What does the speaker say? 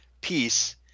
peace